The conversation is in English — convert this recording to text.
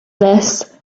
this